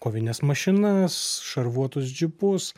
kovines mašinas šarvuotus džipus